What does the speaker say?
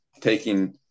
taking